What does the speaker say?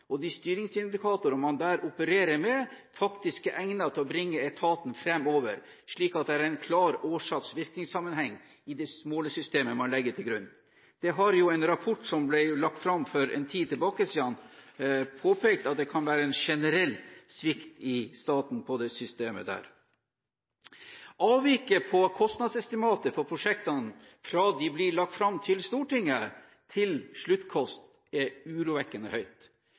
og de styringsindikatorene man der opererer med, faktisk er egnet til å bringe etaten framover, slik at det er en klar årsak-virkning-sammenheng i det målesystemet man legger til grunn? En rapport som ble lagt fram for en tid tilbake, har påpekt at det kan være en generell svikt i staten på det systemet. Avviket på kostnadsestimatet på prosjektene fra de blir lagt fram for Stortinget til sluttkost er urovekkende høyt.